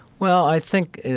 well, i think,